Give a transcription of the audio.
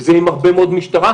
וזה יהיה עם הרבה מאוד משטרה,